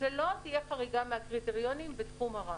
שלא תהיה חריגה מהקריטריונים בתחום הרעש.